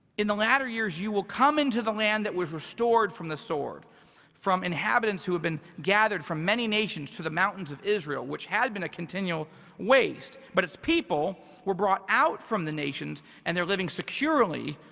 in the latter years, you will come into the land that was restored from the sword from inhabitants who have been gathered from many nations to the mountains of israel, which had been a continual waste, but it's people were brought out from the nations and they're living securely,